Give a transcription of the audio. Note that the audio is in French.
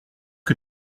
que